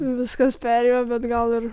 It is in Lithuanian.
viskas perėjo bet gal ir